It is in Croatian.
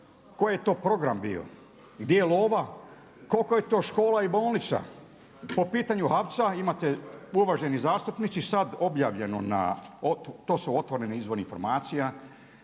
Koji je to program bio, di je lova, koliko je to škola i bolnica? Po pitanju HAVC-a imate uvaženi zastupnici sad objavljeno na, to su otvoreni izvori informacija,